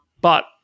But-